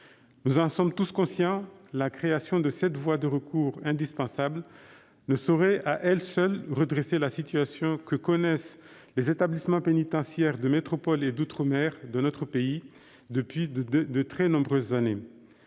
Nous en sommes tous conscients, la création de cette voie de recours indispensable ne saurait, à elle seule, redresser la situation que connaissent les établissements pénitentiaires de métropole et d'outre-mer de notre pays depuis de très nombreuses années.